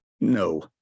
No